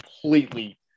Completely